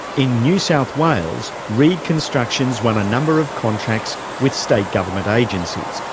in new south wales, reed constructions won a number of contracts with state government agencies,